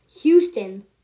Houston